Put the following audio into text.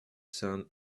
sand